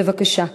בבקשה.